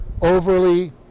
overly